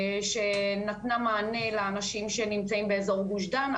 שנתנה מענה לאנשים שנמצאים באיזור גוש דן,